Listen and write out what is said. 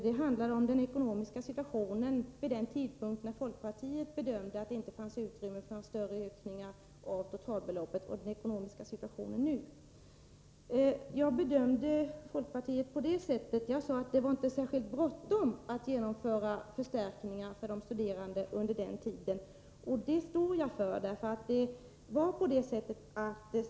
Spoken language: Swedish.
Det handlar om den ekonomiska situationen vid den tidpunkt då folkpartiet bedömde att det inte fanns utrymme för några större ökningar av totalbeloppet och den ekonomiska situationen i dag. Jag sade att det inte var särskilt bråttom att genomföra förstärkningar för studerande. Det står jag för.